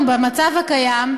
שהיום, במצב הקיים,